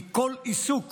מכל עיסוק